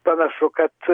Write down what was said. panašu kad